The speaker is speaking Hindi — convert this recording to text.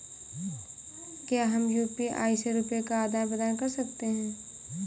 क्या हम यू.पी.आई से रुपये का आदान प्रदान कर सकते हैं?